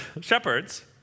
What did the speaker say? shepherds